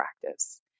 practice